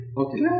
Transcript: Okay